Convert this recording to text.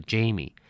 Jamie